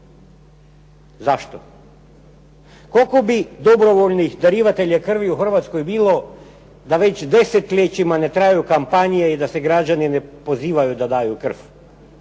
Zašto? Koliko bi dobrovoljnih darovatelja krvi u Hrvatskoj bilo, da već desetljećima ne traju kampanje i da se građani ne pozivaju da daju krv?